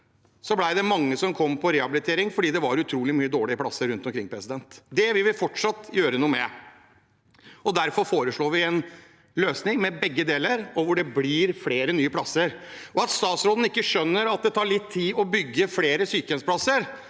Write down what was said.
at det var mange som kom på rehabilitering fordi det var utrolig mange dårlige plasser rundt omkring. Det vil vi fortsatt gjøre noe med. Derfor foreslår vi en løsning med begge deler, hvor det blir flere nye plasser. At statsråden ikke skjønner at det tar litt tid å bygge flere sykehjemsplasser